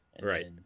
Right